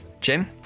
Jim